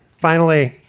finally,